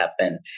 happen